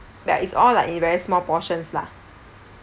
that is all like in very small portions lah